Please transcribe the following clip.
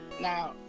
now